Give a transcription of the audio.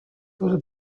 wurde